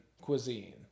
cuisine